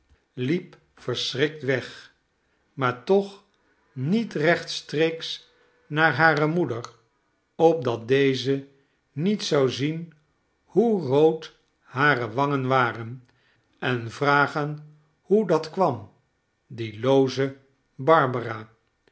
liep verschrikt weg maar toch niet rechtstreeks naar hare moeder opdat deze niet zou zien hoe rood hare wangen waren en vragen hoe dat kwam die looze barbara